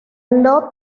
love